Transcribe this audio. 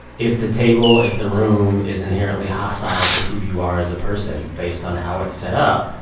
if the table, if the room is inherently hostile to who you are as a person based on how it's set up,